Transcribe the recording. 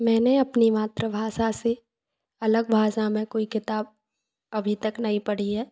मैंने अपनी मातृभाषा से अलग भाषा में कोई किताब अभी तक नही पढ़ी है